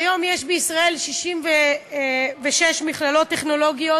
כיום יש בישראל 66 מכללות טכנולוגיות.